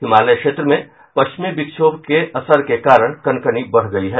हिमालय क्षेत्र में पश्चिमी विक्षोभ के असर के कारण कनकनी बढ़ गयी है